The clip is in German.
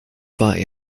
war